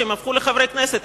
כשהם הפכו לחברי הכנסת,